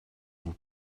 vous